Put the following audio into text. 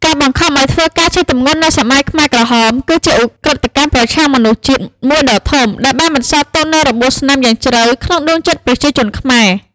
ការបង្ខំឱ្យធ្វើការជាទម្ងន់នៅសម័យខ្មែរក្រហម គឺជាឧក្រិដ្ឋកម្មប្រឆាំងមនុស្សជាតិមួយដ៏ធំ ដែលបានបន្សល់ទុកនូវរបួសស្នាមយ៉ាងជ្រៅក្នុងដួងចិត្តប្រជាជនខ្មែរ។